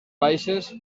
baixes